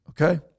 Okay